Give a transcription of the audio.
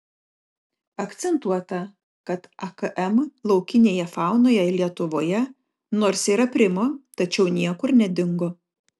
akcentuota kad akm laukinėje faunoje lietuvoje nors ir aprimo tačiau niekur nedingo